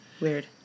weird